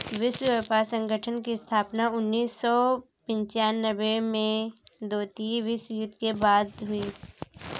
विश्व व्यापार संगठन की स्थापना उन्नीस सौ पिच्यानबें में द्वितीय विश्व युद्ध के बाद हुई